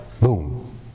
boom